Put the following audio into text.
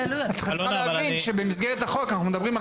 את צריכה להבין שבמסגרת החוק אנחנו מדברים על